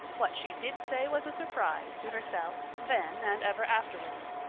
what she did say was a surprise to herself then and ever afterwards.